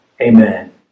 amen